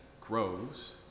grows